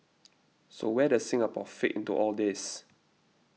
so where does Singapore fit into all this